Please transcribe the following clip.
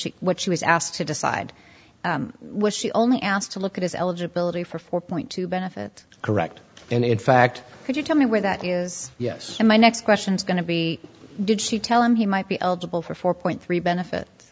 was he what she was asked to decide was she only asked to look at his eligibility for four point two benefit correct and in fact could you tell me where that is yes my next question is going to be did she tell him he might be eligible for a four point three benefit